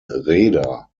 rheda